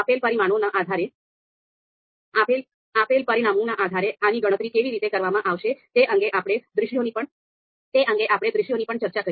આપેલ પરિમાણોના આધારે આની ગણતરી કેવી રીતે કરવામાં આવશે તે અંગે આપણે દૃશ્યોની પણ ચર્ચા કરી